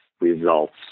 results